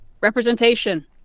Representation